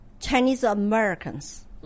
Chinese-Americans